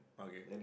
okay